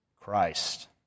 Christ